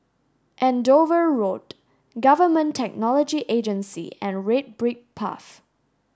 Andover Road Government Technology Agency and Red Brick Path